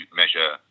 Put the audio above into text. measure